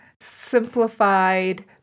simplified